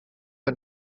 are